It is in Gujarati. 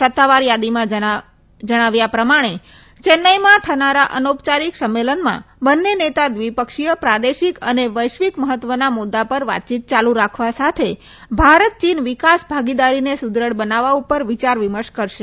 સત્તાવાર થાદીમાં જણાવ્યા પ્રમાણે ચેન્નાઇમાં થનારા અનૌપયારિક સંમેલનમાં બંને નેત લ્રિપક્ષીય પ્રાદેશિક અને વૈશ્વિક મહત્વના મુદ્દા પર વાતચીત ચાલુ રાખવા સાથે ભારત ચીન વિકાસ ભાગીદારીને સુદૃઢ બનાવવા પર વિચાર વિમર્શ કરશે